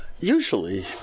Usually